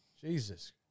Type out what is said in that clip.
Jesus